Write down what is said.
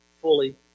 fully